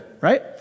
right